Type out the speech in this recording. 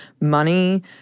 money